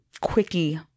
quickie